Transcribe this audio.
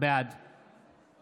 בעד